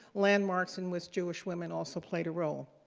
landmarks in which jewish women also played a role.